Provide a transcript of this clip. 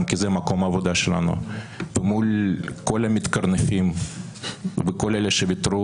כי זה מקום העבודה שלנו מול כל המתקרנפים וכל אלה שוויתרו.